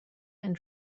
and